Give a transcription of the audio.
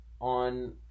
on